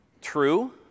True